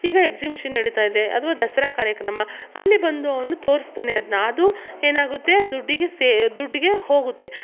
ಈಗ ಎಕ್ಸಿಬಿಷನ್ ನಡಿತಾಯಿದೆ ಅಥವ ದಸರ ಕಾರ್ಯಕ್ರಮ ಅಲ್ಲಿ ಬಂದು ಅವನು ತೋರ್ಸ್ತಾನೆ ಅದ್ನ ಅದು ಏನಾಗುತ್ತೆ ದುಡ್ಡಿಗೆ ಸೆ ದುಡ್ಡಿಗೆ ಹೋಗುತ್ತೆ